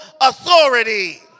authority